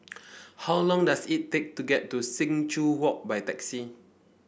how long does it take to get to Sing Joo Walk by taxi